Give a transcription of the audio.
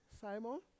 Simon